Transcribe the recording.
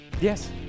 Yes